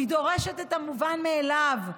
היא דורשת את המובן מאליו,